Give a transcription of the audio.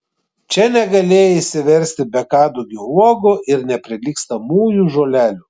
čia negalėjai išsiversti be kadugio uogų ir neprilygstamųjų žolelių